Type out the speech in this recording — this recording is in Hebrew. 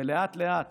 ולאט-לאט